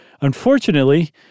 unfortunately